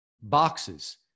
boxes